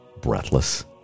breathless